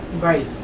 Right